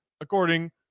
according